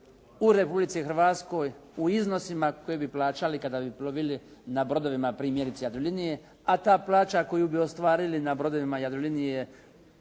u Republici Hrvatskoj u iznosima koje bi plaćali kada bi plovili na brodovima primjerice "Jadrolinije", a ta plaća koju bi ostvarili na brodovima "Jadrolinije"